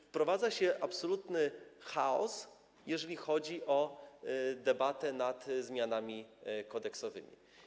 Wprowadza się absolutny chaos, jeżeli chodzi o debatę nad zmianami kodeksowymi.